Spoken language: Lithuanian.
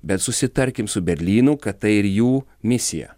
bet susitarkim su berlynu kad tai ir jų misija